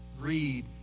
greed